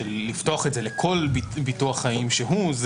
לפתוח את זה לכל ביטוח חיים שהוא,